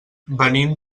venim